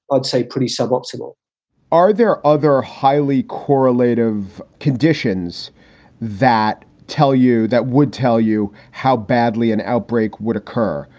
i'd say, pretty suboptimal are there other highly correlate of conditions that tell you that would tell you how badly an outbreak would occur?